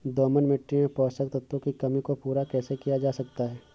दोमट मिट्टी में पोषक तत्वों की कमी को पूरा कैसे किया जा सकता है?